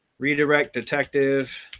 redirect detective